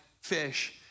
fish